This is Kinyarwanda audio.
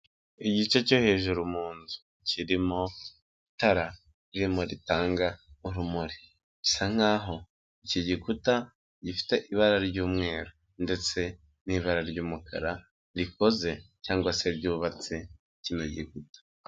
Igice cyo hejuru mu nzu kirimo itara ririmo ritanga urumuri, bisa nkaho iki gikuta gifite ibara ry'umweru ndetse n'ibara ry'umukara rikoze cyangwa se ryubatse kino gikuta.